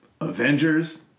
Avengers